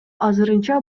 азырынча